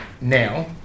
now